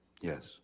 yes